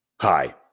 Hi